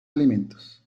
alimentos